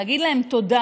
להגיד להם תודה